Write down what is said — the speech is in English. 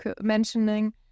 mentioning